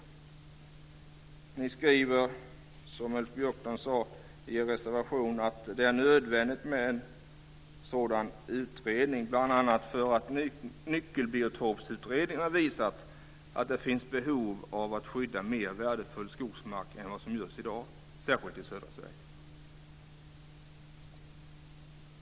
Som Ulf Björklund sade skriver ni i reservationen att det är nödvändigt med en sådan utredning, bl.a. för Nyckelbiotopsutredningen har visat att det finns behov av att skydda mer värdefull skogsmark än vad som görs i dag, särskilt i södra Sverige.